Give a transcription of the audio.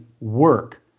work